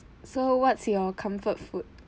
so what's your comfort food